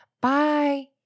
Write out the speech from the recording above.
Bye